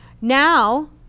Now